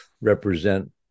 represent